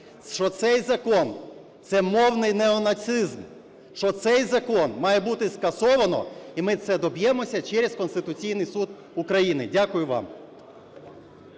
що цей закон – це мовний неонацизм, що цей закон має бути скасовано і ми це доб'ємося через Конституційний Суд України. Дякую вам.